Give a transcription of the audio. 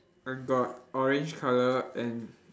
I got orange colour and